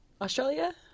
Australia